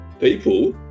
People